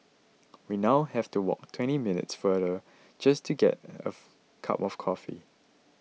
we now have to walk twenty minutes farther just to get a cup of coffee